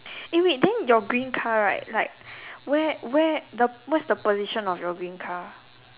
eh wait then your green car right like where where the what's the position of your green car